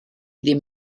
ddim